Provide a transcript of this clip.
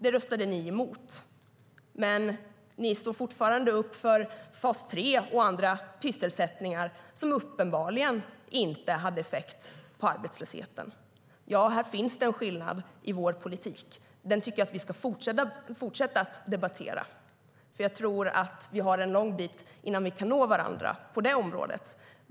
Det röstade ni emot, men ni står fortfarande upp för fas 3 och andra "pysselsättningar" som uppenbarligen inte hade effekt på arbetslösheten. Ja, här finns det en skillnad i vår politik. Den tycker jag att vi ska fortsätta att debattera, för jag tror att vi har en lång bit kvar innan vi kan nå varandra på det området.